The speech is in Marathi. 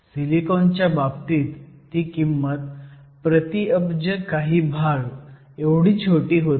सिलिकॉनच्या बाबतीत ती किंमत प्रति अब्ज काही भाग एवढी छोटी होती